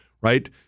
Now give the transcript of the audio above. right